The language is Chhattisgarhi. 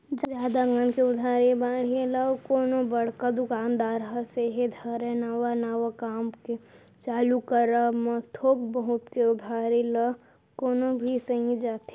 जादा कन के उधारी बाड़ही ल कोनो बड़का दुकानदार ह सेहे धरय नवा नवा काम के चालू करब म थोक बहुत के उधारी ल कोनो भी सहि जाथे